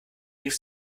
rief